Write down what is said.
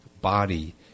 body